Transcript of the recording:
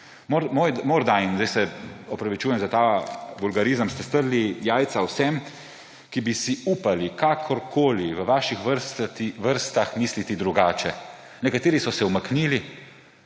Morda, in res se opravičujem za ta vulgarizem, ste strli jajca vsem, ki bi si upali kakorkoli v vaših vrstah misliti drugače. Nekateri so se umaknili,